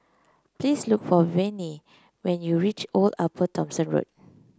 please look for Vinie when you reach Old Upper Thomson Road